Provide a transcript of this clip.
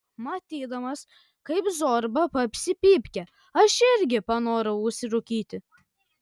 matydamas kaip zorba papsi pypkę aš irgi panorau užsirūkyti